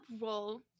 roll